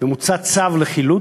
ומוצא צו לחילוט,